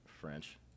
French